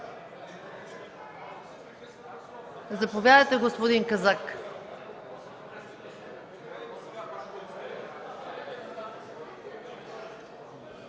Заповядайте, господин Казак.